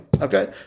okay